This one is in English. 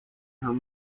her